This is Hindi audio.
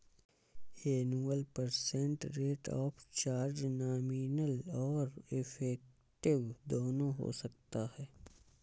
annual percent rate of charge nominal और इफेक्टिव दोनों हो सकता है